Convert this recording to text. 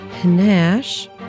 panache